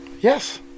yes